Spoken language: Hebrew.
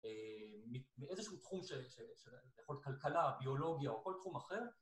מאיזשהו תחום של כביכול כלכלה, ביולוגיה או כל תחום אחר.